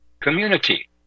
community